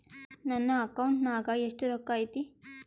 ನನ್ನ ಅಕೌಂಟ್ ನಾಗ ಎಷ್ಟು ರೊಕ್ಕ ಐತಿ?